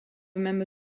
même